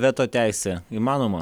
veto teisė įmanoma